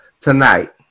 tonight